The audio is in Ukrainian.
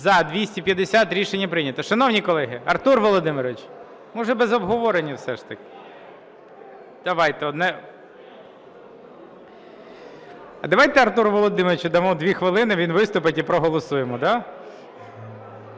За-250 Рішення прийнято. Шановні колеги, Артур Володимирович, може, без обговорення все ж таки? Давайте одне… Давайте Артуру Володимировичу дамо 2 хвилини, він виступить і проголосуємо?